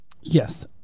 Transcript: Yes